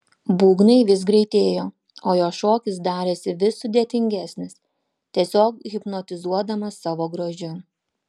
būgnai vis greitėjo o jo šokis darėsi vis sudėtingesnis tiesiog hipnotizuodamas savo grožiu